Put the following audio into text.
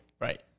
Right